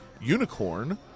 unicorn